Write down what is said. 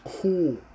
cool